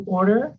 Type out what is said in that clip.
order